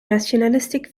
nationalistic